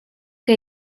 que